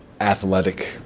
athletic